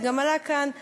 זה גם עלה כאן,